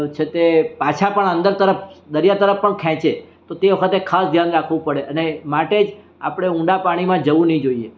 છે તે પાછા પણ અંદર તરફ દરિયા તરફ પણ ખેંચે તો તે વખત ખાસ ધ્યાન રાખવું પડે અને માટે જ આપણે ઊંડા પાણીમાં જવું નહીં જોઈએ